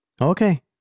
Okay